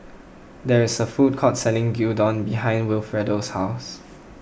there is a food court selling Gyudon behind Wilfredo's house